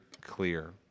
clear